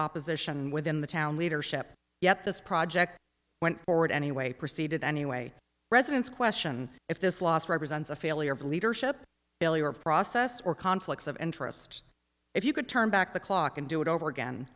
opposition within the town leadership yet this project went forward anyway proceeded anyway residents question if this last represents a failure of leadership failure of process or conflicts of interest if you could turn back the clock and do it over again